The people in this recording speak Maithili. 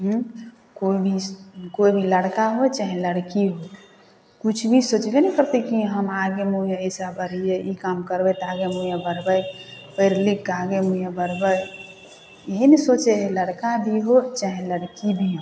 हुँ कोइ भी कोइ भी लड़का होइ चाहे लड़की होइ किछु भी सोचबे ने करते कि हम आगे मुँहे एहिसे बढ़िए ई काम करबै तऽ आगे मुँहे बढ़बै पढ़िलिखिके आगे मुँहे बढ़बै इएह ने सोचै हइ चाहे लड़का भी हो चाहे लड़की भी हो